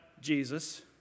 Jesus